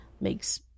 makes